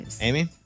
Amy